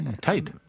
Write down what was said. Tight